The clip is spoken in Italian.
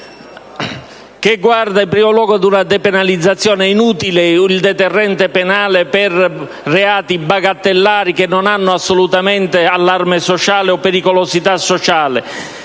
che guarda in primo luogo a una depenalizzazione: è inutile un deterrente penale per reati bagattellari che non comportano assolutamente allarme o sociale pericolosità sociale.